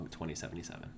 2077